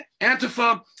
Antifa